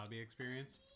experience